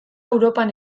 europan